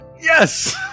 Yes